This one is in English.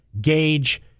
gauge